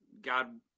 God